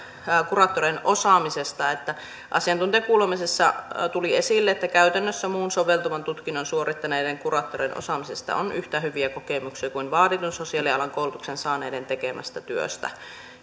kuraattorien osaamisesta että asiantuntijakuulemisessa tuli esille että käytännössä muun soveltuvan tutkinnon suorittaneiden kuraattorien osaamisesta on yhtä hyviä kokemuksia kuin vaativan sosiaalialan koulutuksen saaneiden tekemästä työstä